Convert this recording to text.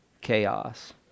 chaos